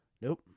Nope